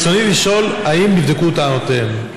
ברצוני לשאול: האם נבדקו טענותיהן?